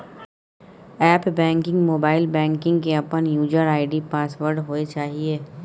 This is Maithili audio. एप्प बैंकिंग, मोबाइल बैंकिंग के अपन यूजर आई.डी पासवर्ड होय चाहिए